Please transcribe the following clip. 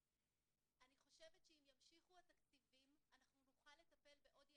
אני חושבת שאם ימשיכו התקציבים אנחנו נוכל לטפל בעוד ילדים.